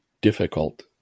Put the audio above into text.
difficult